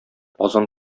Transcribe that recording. азан